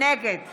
נגד